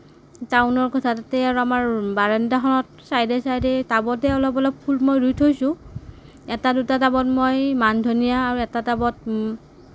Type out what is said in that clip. টাউনৰ কোঠাটোতেই আৰু আমাৰ বাৰান্দাখন চাইডে চাইডে টাবতে অলপ অলপ ফুল মই ৰুই থৈছোঁ এটা দুটা টাবত মই মানধনিয়া আৰু এটা টাবত